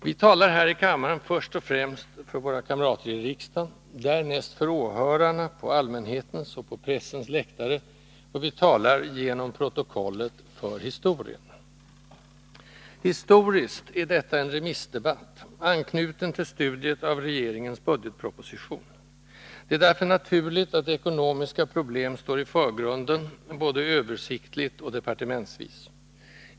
— Vi talar här i kammaren först och främst för våra kamrater i riksdagen, därnäst för åhörarna, på allmänhetens och på pressens läktare, och vi talar genom protokollet för historien. Historiskt är detta en remissdebatt, anknuten till studiet av regeringens budgetproposition. Det är därför naturligt att ekonomiska problem står i förgrunden, både översiktligt och departementsvis.